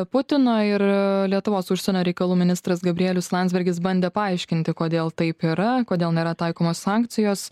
putino ir lietuvos užsienio reikalų ministras gabrielius landsbergis bandė paaiškinti kodėl taip yra kodėl nėra taikomos sankcijos